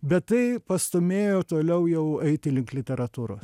bet tai pastūmėjo toliau jau eiti link literatūros